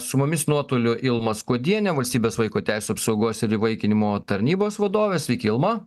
su mumis nuotoliu ilma skuodienė valstybės vaiko teisių apsaugos ir įvaikinimo tarnybos vadovė sveiki ilma